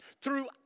throughout